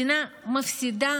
המדינה מפסידה